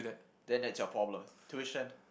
then that's your problem tuition